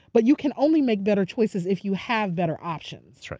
but you can only make better choices if you have better options.